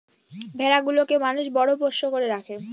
ভেড়া গুলোকে মানুষ বড় পোষ্য করে রাখে